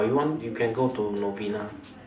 or you want you can go to Novena